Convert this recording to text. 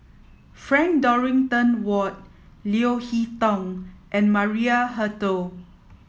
Frank Dorrington Ward Leo Hee Tong and Maria Hertogh